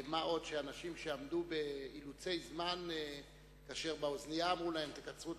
מה עוד שאנשים עמדו באילוצי זמן כאשר באוזנייה אמרו להם: תקצרו,